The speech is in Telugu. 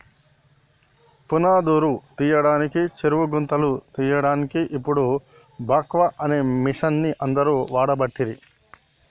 పునాదురు తీయడానికి చెరువు గుంతలు తీయడాన్కి ఇపుడు బాక్వో అనే మిషిన్ని అందరు వాడబట్టిరి